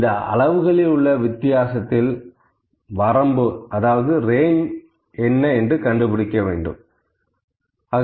இந்த அளவுகளில் உள்ள வித்தியாசத்தில் வரம்பு அதாவது ரேஞ்ச் என்ன